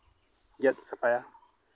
ᱜᱮᱛ ᱥᱟᱯᱷᱟᱭᱟ